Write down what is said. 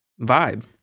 vibe